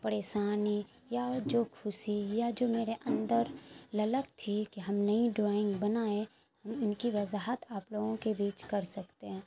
پریشانی یا جو خوشی یا جو میرے اندر للک تھی کہ ہم نئی ڈرائنگ بنائیں ان کی وضاحت آپ لوگوں کے بیچ کر سکتے ہیں